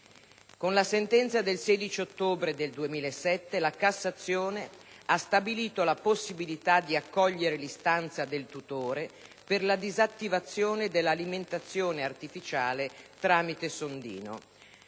Con la sentenza del 16 ottobre del 2007 la Cassazione ha stabilito la possibilità di accogliere l'istanza del tutore per la disattivazione dell'alimentazione artificiale tramite sondino.